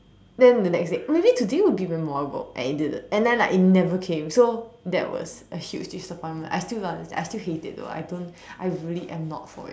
then the next day maybe today will be memorable and it didn't and then like it never came so that was a huge disappointment I still don't understand I still hate it though I don't I really am not for it